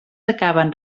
acaben